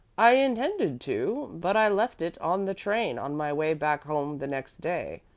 i intended to, but i left it on the train on my way back home the next day,